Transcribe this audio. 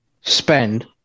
spend